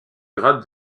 grade